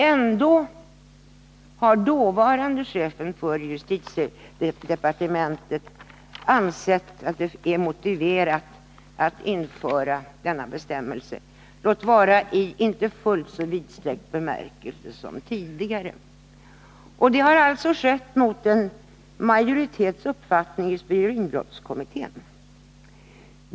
Ändå ansåg dåvarande chefen för justitiedepartementet att det är motiverat att införa denna bestämmelse, låt vara i inte fullt så vidsträckt omfattning som tidigare. Det har alltså skett mot majoritetsuppfattningen i spioneribrottskommittén.